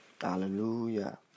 Hallelujah